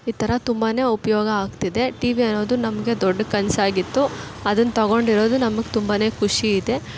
ಈ ಥರ ತುಂಬಾ ಉಪಯೋಗ ಆಗ್ತಿದೆ ಟಿ ವಿ ಅನ್ನೋದು ನಮಗೆ ದೊಡ್ಡ ಕನಸಾಗಿತ್ತು ಅದನ್ನ ತಗೊಂಡಿರೋದು ನಮಗೆ ತುಂಬಾ ಖುಷಿ ಇದೆ